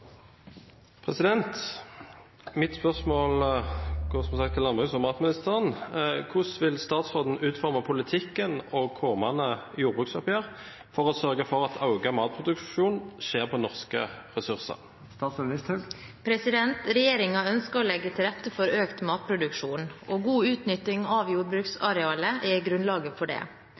komande jordbruksoppgjer for å sørgja for at auka matproduksjon skjer på norske ressursar?» Regjeringen ønsker å legge til rette for økt matproduksjon. Og god utnytting av jordbruksarealet er grunnlaget for det.